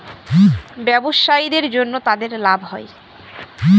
ব্যবসায়ীদের জন্য তাদের লাভ হয়